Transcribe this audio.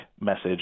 message